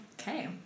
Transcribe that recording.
Okay